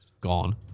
gone